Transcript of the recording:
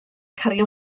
cario